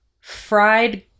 fried